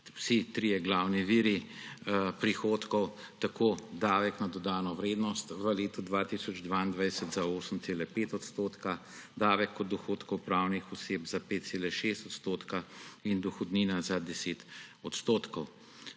vsi trije glavni viri prihodkov, tako davek na dodano vrednost v letu 2022 za 8,5 %, davek od dohodkov pravnih oseb za 5,6 % in dohodnina za 10 %.